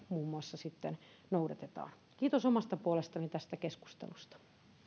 muun muassa sitten noudatetaan kiitos omasta puolestani tästä keskustelusta